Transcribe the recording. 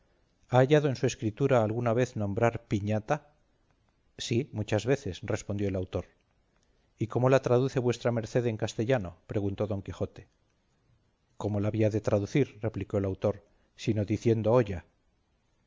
hallado en su escritura alguna vez nombrar piñata sí muchas veces respondió el autor y cómo la traduce vuestra merced en castellano preguntó don quijote cómo la había de traducir replicó el autor sino diciendo olla